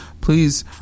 please